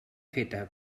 feta